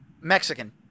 Mexican